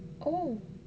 oh